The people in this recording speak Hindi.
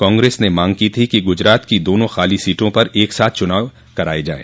कांग्रेस ने मांग की थी कि गुजरात की दोनों खाली सोटों पर एक साथ चुनाव कराए जायें